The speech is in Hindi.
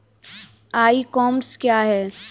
ई कॉमर्स क्या है?